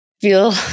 feel